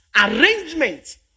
arrangement